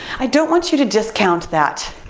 i don't want you to discount that.